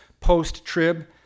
post-trib